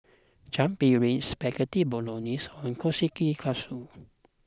Chaat Papri Spaghetti Bolognese and Kushikatsu